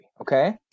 okay